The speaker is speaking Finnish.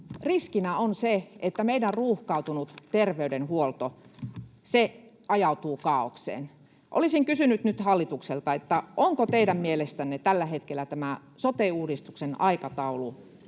Riskinä on se, että meidän ruuhkautunut terveydenhuolto ajautuu kaaokseen. Olisin kysynyt nyt hallitukselta: onko teidän mielestänne tällä hetkellä tämä sote-uudistuksen aikataulu